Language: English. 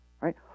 right